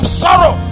sorrow